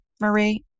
Marie